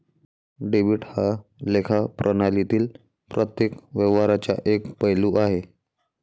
debit हा लेखा प्रणालीतील प्रत्येक व्यवहाराचा एक पैलू आहे